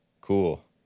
Cool